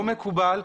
לא מקובל,